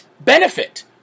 benefit